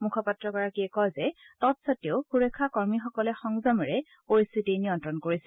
মুখপাত্ৰগৰাকীয়ে কয় যে তৎসত্তেও সুৰক্ষা কৰ্মীসকলে সংযমেৰে পৰিস্থিতি নিয়ন্ত্ৰণ কৰিছিল